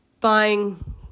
buying